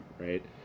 right